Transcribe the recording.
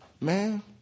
Man